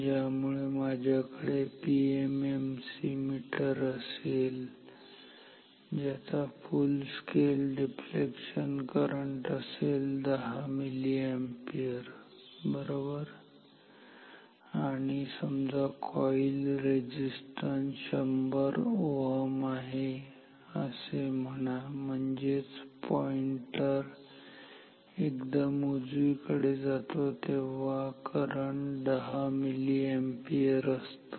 त्यामुळे जर माझ्याकडे पीएमएमसी मीटर असेल ज्याचा फुल स्केल डिफ्लेक्शन करंट असेल 10 मिलीअॅम्पियर बरोबर आणि समजा कॉईल रेझिस्टन्स 100 Ω आहे असे म्हणा म्हणजेच पॉईंटर एकदम उजवीकडे जातो जेव्हा करंट 10 मिलीअॅम्पियर असतो